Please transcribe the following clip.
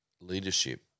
leadership